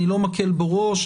אני לא מקל בו ראש,